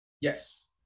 Yes